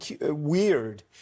weird